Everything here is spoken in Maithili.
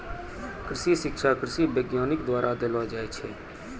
कृषि शिक्षा कृषि वैज्ञानिक द्वारा देलो जाय छै